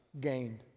gained